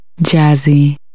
Jazzy